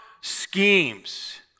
schemes